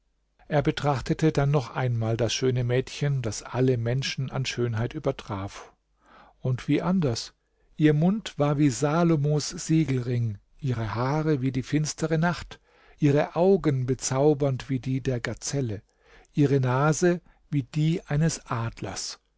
er betrachtete dann noch einmal das schöne mädchen das alle menschen an schönheit übertraf und wie anders ihr mund war wie salomos siegelring ihre haare wie die finstere nacht ihre augen bezaubernd wie die der gazelle ihre nase wie die eines adlers